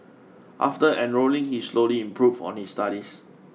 after enrolling he slowly improved on his studies